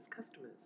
customers